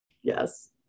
yes